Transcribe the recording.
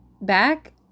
back